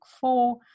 four